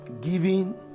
giving